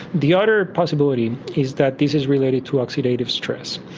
the other possibility is that this is related to oxidative stress.